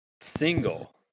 single